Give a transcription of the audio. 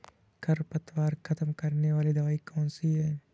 खरपतवार खत्म करने वाली दवाई कौन सी है?